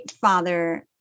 father